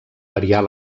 variar